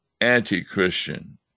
anti-Christian